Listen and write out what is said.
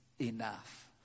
enough